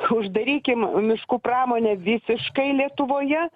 uždarykim miškų pramonę visiškai lietuvoje